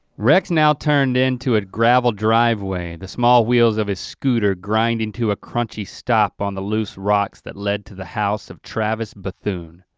rex now turned into a gravel driveway. the small wheels of his scooter grinding to a crunchy stop on the loose rocks that lead to the house of travis bathoon.